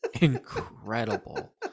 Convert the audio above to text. incredible